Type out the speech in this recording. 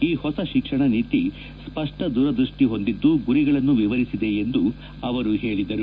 ಈ ಹೊಸ ಶಿಕ್ಷಣನೀತಿ ಸ್ಪಷ್ಟ ದೂರದೃಷ್ಟಿ ಹೊಂದಿದ್ದು ಗುರಿಗಳನ್ನು ವಿವರಿಸಿದೆ ಎಂದು ವರು ಹೇಳಿದರು